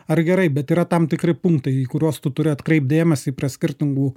ar gerai bet yra tam tikri punktai į kuriuos turi atkreipt dėmesį prie skirtingų